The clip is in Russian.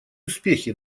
успехи